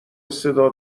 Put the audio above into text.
صدا